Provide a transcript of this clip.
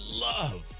love